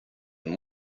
and